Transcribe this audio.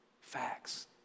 facts